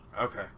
Okay